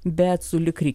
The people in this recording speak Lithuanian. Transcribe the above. bet sulig ri